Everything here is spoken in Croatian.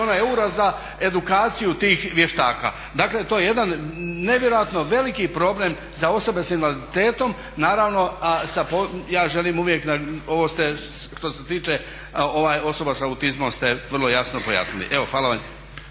za edukaciju tih vještaka. Dakle to je jedan nevjerojatno veliki problem za osobe s invaliditetom naravno, a ja želim uvijek ovo ste što se tiče osoba sa autizmom vrlo jasno pojasnili. Evo hvala vam